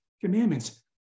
Commandments